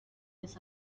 this